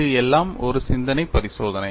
இது எல்லாம் ஒரு சிந்தனை பரிசோதனை